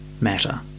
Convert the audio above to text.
matter